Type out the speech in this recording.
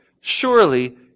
surely